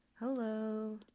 Hello